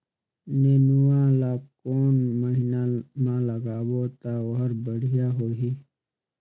नेनुआ ला कोन महीना मा लगाबो ता ओहार बेडिया होही?